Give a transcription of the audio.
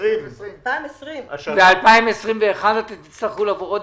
עבור 2020. ב-2021 תצטרכו לבוא עוד